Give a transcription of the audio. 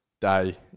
day